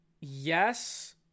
Yes